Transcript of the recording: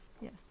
yes